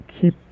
keep